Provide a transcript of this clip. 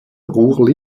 ruhr